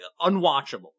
unwatchable